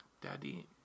Daddy